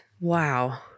Wow